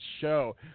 show